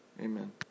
Amen